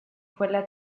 quella